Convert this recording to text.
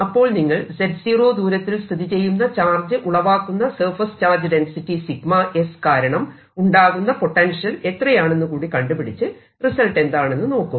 അപ്പോൾ നിങ്ങൾ z0 ദൂരത്തിൽ സ്ഥിതിചെയ്യുന്ന ചാർജ് ഉളവാക്കുന്ന സർഫസ് ചാർജ് ഡെൻസിറ്റി 𝜎 കാരണം ഉണ്ടാകുന്ന പൊട്ടൻഷ്യൽ എത്രയാണെന്ന് കൂടി കണ്ടു പിടിച്ച് റിസൾട്ട് എന്താണെന്ന് നോക്കൂ